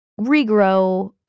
regrow